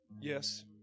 Yes